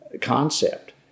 concept